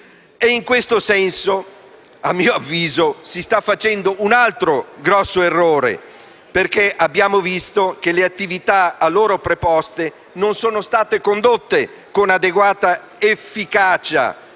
In questo senso, a mio avviso si sta facendo un altro grande errore, perché abbiamo visto che le attività di controllo a cui sono preposte non sono state condotte con adeguata efficacia